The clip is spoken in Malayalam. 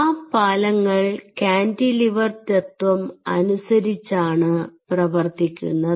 ആ പാലങ്ങൾ കാന്റിലിവർ തത്വം അനുസരിച്ചാണ് പ്രവർത്തിക്കുന്നത്